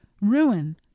ruin